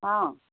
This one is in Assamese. অঁ